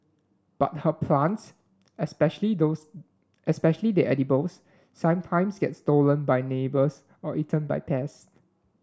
but her plants especially those especially the edibles sometimes get stolen by neighbours or eaten by pests